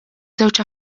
żewġ